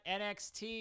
nxt